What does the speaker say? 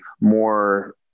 more